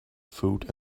food